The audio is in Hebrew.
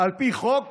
על פי חוק